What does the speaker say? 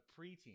preteen